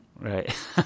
right